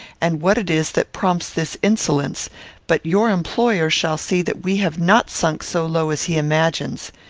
and what it is that prompts this insolence but your employer shall see that we have not sunk so low as he imagines.